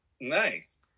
Nice